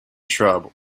shrub